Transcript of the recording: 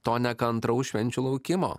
to nekantraus švenčių laukimo